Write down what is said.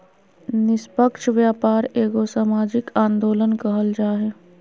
निस्पक्ष व्यापार एगो सामाजिक आंदोलन कहल जा हइ